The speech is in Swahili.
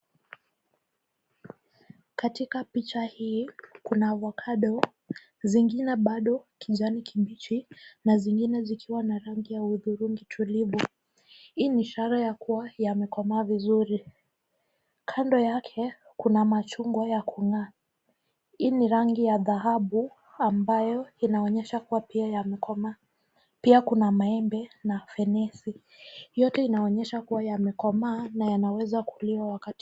Katika picha hii kuna avocado zengine bado kijana kibichi Na zengine zikiwa na rangi ya udhurungi tulivu, hii ni ishara ya kuwa yamekomaa vizuri, kando yake kuna machungwa yakung'aa hii ni rangi ya dhahabu ambayo inaonesha kuwa pia yamekomaa pia kuna maembe na fenesi yote inaonesha kuwa yamekomaa na yanaweza kuliwa wakati wote.